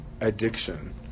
addiction